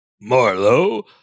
Marlow